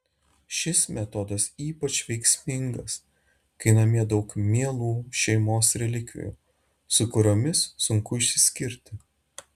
šis metodas ypač veiksmingas kai namie daug mielų šeimos relikvijų su kuriomis sunku išsiskirti